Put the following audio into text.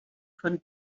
von